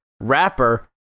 rapper